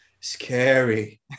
scary